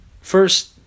first